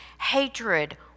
hatred